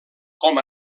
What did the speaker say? com